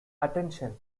attention